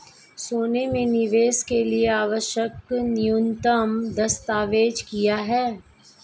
सोने में निवेश के लिए आवश्यक न्यूनतम दस्तावेज़ क्या हैं?